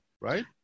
right